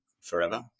forever